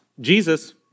Jesus